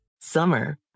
Summer